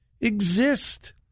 exist